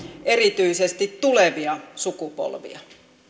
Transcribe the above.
erityisesti tulevia sukupolvia